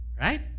Right